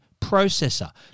processor